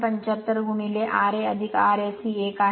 75 ra Rse 1आहे